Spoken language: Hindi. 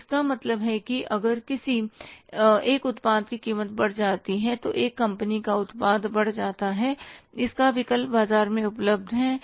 तो इसका मतलब है कि अगर किसी एक उत्पाद की कीमत बढ़ जाती है तो एक कंपनी का उत्पाद बढ़ जाता है इसका विकल्प बाजार में उपलब्ध है